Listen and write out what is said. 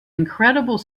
incredible